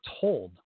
told